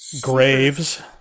Graves